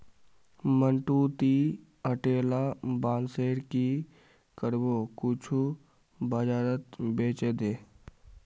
मंटू, ती अतेला बांसेर की करबो कुछू बाजारत बेछे दे